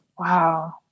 Wow